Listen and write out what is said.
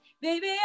Baby